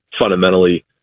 fundamentally